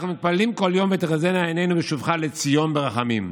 אנחנו מתפללים בכל יום "ותחזינה עינינו בשובך לציון ברחמים".